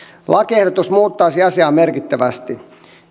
lakiehdotus muuttaisi asiaa merkittävästi